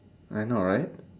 I know right